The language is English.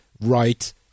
right